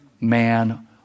man